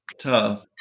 tough